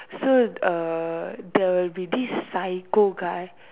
so uh there will be this psycho guy